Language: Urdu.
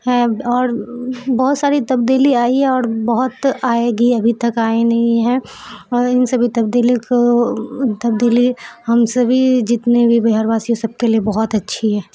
ہیں اور بہت ساری تبدیلی آئی ہے اور بہت آئے گی ابھی تک آئی نہیں ہے اور ان سبھی تبدیلی کو تبدیلی ہم سبھی جتنے بھی بہار واسی ہیں سب کے لیے بہت اچھی ہے